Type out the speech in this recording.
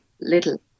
little